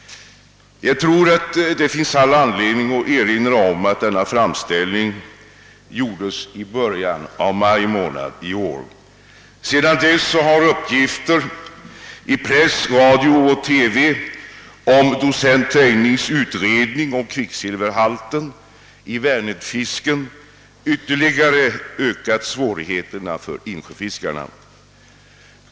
Jag tror att det finns all anledning att erinra om att denna framställning gjordes i början av maj månad i år. Sedan dess har uppgifter i press, radio och TV om docent Tejnings utredning om kvicksilverhalten i vänernfisken ytterligare ökat svårigheterna för insjöfiskarna.